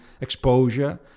exposure